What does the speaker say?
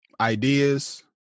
ideas